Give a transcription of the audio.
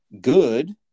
good